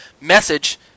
message